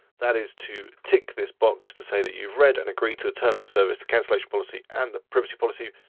that is to tick this box to say that you've read and agree to the terms of service, the cancellation policy, and the privacy policy.